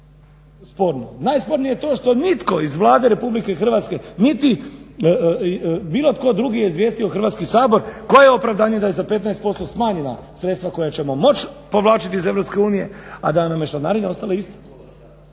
Najspornije je to što nitko iz Vlade RH niti bilo tko drugi je izvijestio Hrvatski sabor koje je opravdanje da je za 15% smanjena sredstva koja ćemo moć povlačit iz EU a da nam je članarina ostala ista.